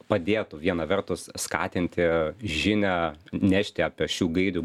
padėtų viena vertus skatinti žinią nešti apie šių gairių